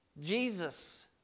Jesus